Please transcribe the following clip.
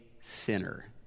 sinner